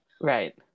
Right